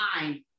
mind